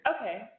Okay